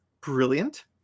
brilliant